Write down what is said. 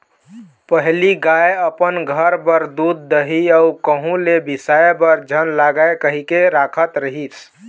पहिली गाय अपन घर बर दूद, दही अउ कहूँ ले बिसाय बर झन लागय कहिके राखत रिहिस